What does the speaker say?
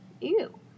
Ew